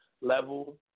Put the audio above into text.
level